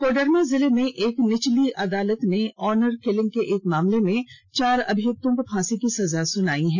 कोडरमा जिले में एक निचली अदालत ने ऑनर किलिंग के एक मामले में चार अभियुक्तों को फांसी की सजा सुनायी है